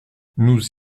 nous